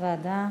ועדה.